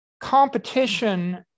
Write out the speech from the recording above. competition